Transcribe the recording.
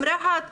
רהט.